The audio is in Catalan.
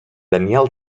daniel